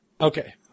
Okay